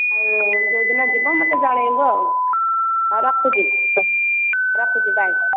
ଆଉ ଯେଉଁଦିନ ଯିବ ମୋତେ ଜଣାଇବ ଆଉ ହଉ ରଖୁଛି ରଖୁଛି ବାଏ